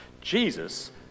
Jesus